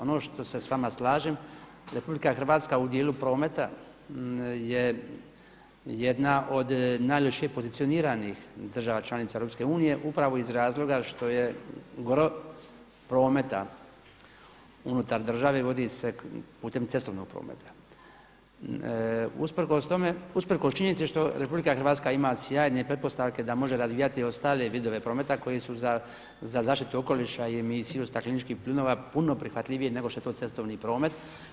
Ono što se s vama slažem, RH u dijelu prometa je jedna od najlošije pozicioniranih država članica EU upravo iz razloga što je gro prometa unutar države vodi se putem cestovnog prometa, usprkos činjenici što RH ima sjajne pretpostavke da može razvijati ostale vidove prometa koji su za zaštitu okoliša i emisiju stakleničkih plinova puno prihvatljivije nego što je to cestovni promet.